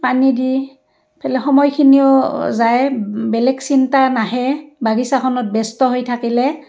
পানী দি পেলাই সময়খিনিও যায় বেলেগ চিন্তা নাহে বাগিছাখনত ব্যস্ত হৈ থাকিলে